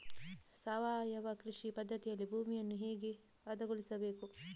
ಸಾವಯವ ಕೃಷಿ ಪದ್ಧತಿಯಲ್ಲಿ ಭೂಮಿಯನ್ನು ಹೇಗೆ ಹದಗೊಳಿಸಬೇಕು?